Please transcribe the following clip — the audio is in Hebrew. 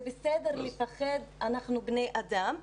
זה בסדר לפחד, אנחנו בני אדם.